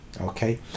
okay